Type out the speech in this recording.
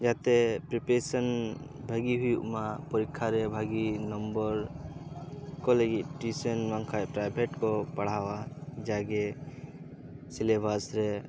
ᱡᱟᱛᱮ ᱯᱨᱤᱯᱮᱥᱮᱱ ᱵᱷᱟᱜᱮ ᱦᱩᱭᱩᱜ ᱢᱟ ᱯᱚᱨᱤᱠᱷᱟ ᱨᱮ ᱵᱷᱟᱜᱮ ᱱᱚᱢᱵᱚᱨ ᱠᱚ ᱞᱟᱹᱜᱤᱫ ᱴᱤᱭᱩᱥᱚᱱ ᱵᱟᱝᱠᱷᱟᱱ ᱯᱮᱨᱟᱭᱵᱷᱮᱹᱴ ᱠᱚ ᱯᱟᱲᱦᱟᱣᱟ ᱡᱟᱜᱮ ᱥᱤᱞᱮᱵᱟᱥ ᱨᱮ